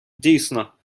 дійсно